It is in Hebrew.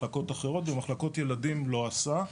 מחלקות אחרות אך במחלקות ילדים לא עשה.